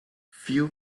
few